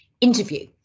interview